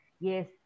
yes